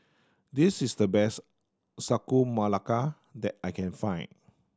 this is the best Sagu Melaka that I can find